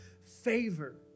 favor